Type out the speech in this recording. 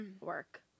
Work